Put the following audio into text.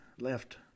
left